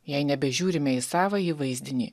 jei nebežiūrime į savąjį vaizdinį